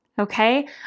okay